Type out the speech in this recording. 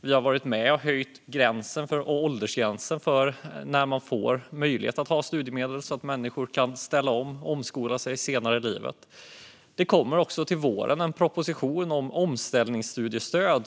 Vi har varit med och höjt åldersgränsen för när man får möjlighet att ha studiemedel så att människor kan ställa om och omskola sig senare i livet. Till våren kommer det också en proposition om omställningsstudiestöd.